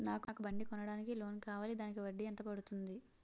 నాకు బండి కొనడానికి లోన్ కావాలిదానికి వడ్డీ ఎంత పడుతుంది?